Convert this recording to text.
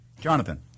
Jonathan